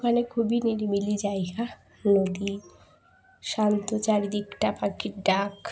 ওখানে খুবই নিরিবিলি জায়গা নদী শান্ত চারিদিক টা পাখির ডাক